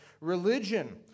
religion